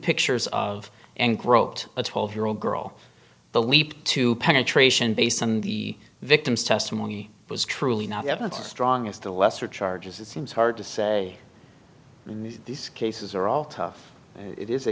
pictures of and groped a twelve year old girl the leap to penetration based on the victim's testimony was truly not evidence strong is the lesser charges it seems hard to say these cases are all it is a